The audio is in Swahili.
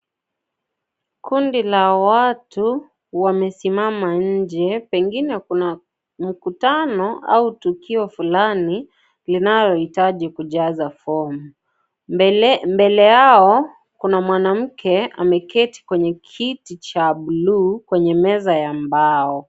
Kundi la watu, wamesimama nje pengine kuna mkutano au tukio fulani, linalohitaji kujaza fomu. Mbele yao kuna mwanamke, ameketi kwenye kiti cha buluu, kwenye meza ya mbao.